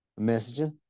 Messaging